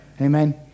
Amen